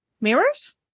Mirrors